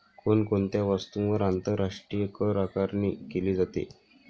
कोण कोणत्या वस्तूंवर आंतरराष्ट्रीय करआकारणी केली जाते?